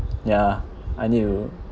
ya I need to